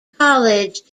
college